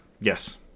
Yes